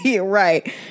right